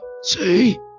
See